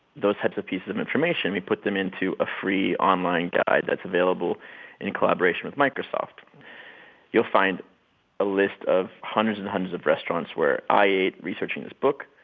those types of pieces of information. we put them into a free online guide that's available in collaboration with microsoft you'll find a list of hundreds and hundreds of restaurants where i ate researching this book,